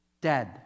dead